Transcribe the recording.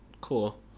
Cool